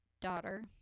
Daughter